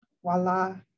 voila